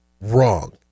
wrong